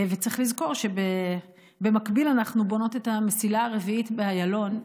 צריך לזכור שבמקביל אנחנו בונות את המסילה הרביעית באיילון,